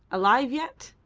alive yet?